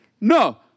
No